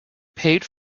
paid